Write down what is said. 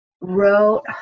wrote